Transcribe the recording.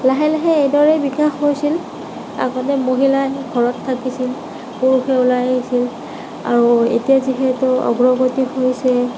লাহে লাহে এইবোৰৰ বিকাশ হৈছিল আগতে মহিলাই ঘৰত থাকিছিল পুৰুষে ওলায় আহিছিল আৰু এতিয়া যিহেতু আগৰ গতিত হৈছে